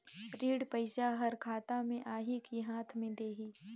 ऋण पइसा हर खाता मे आही की हाथ मे देही?